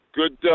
good